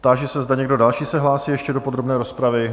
Táži se, zda někdo další se hlásí ještě do podrobné rozpravy?